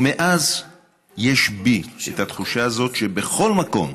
ומאז יש בי את התחושה הזאת שבכל מקום,